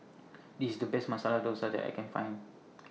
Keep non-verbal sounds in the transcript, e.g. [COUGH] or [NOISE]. IS The Best Masala Dosa that I Can Find [NOISE]